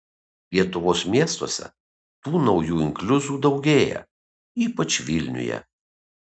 lietuvos miestuose tų naujų inkliuzų daugėja ypač vilniuje